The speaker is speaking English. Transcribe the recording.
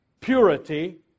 purity